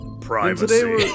privacy